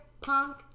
punk